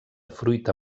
fruita